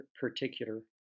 particular